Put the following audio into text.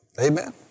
Amen